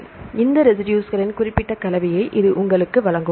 எனவே இந்த ரெசிடுஸ்களின் குறிப்பிட்ட கலவையை இது உங்களுக்கு வழங்கும்